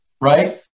right